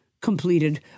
completed